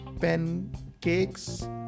Pancakes